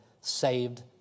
saved